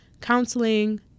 counseling